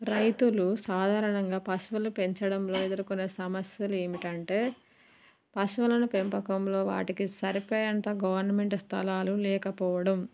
రైతులు సాధారణంగా పశువులు పెంచడంలో ఎదుర్కొనే సమస్యలు ఏమిటి అంటే పశువులను పెంపకంలో వాటికి సరిపోయే అంత గవర్నమెంట్ స్థలాలు లేకపోవడం